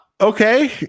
okay